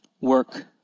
work